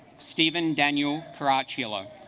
stephen daniel caracciolo